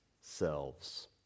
selves